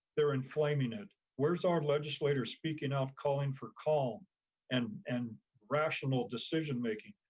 they're in flaming it. where's our legislators speaking of calling for calm and and rational decision making.